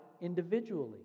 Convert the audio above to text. individually